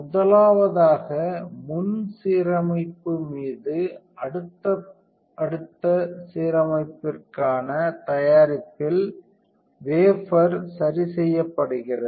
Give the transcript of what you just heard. முதலாவதாக முன் சீரமைப்பு மீது அடுத்தடுத்த சீரமைப்பிற்கான தயாரிப்பில் வேபர் சரிசெய்யப்படுகிறது